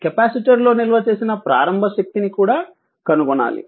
కెపాసిటర్లో నిల్వ చేసిన ప్రారంభ శక్తిని కూడా కనుగొనాలి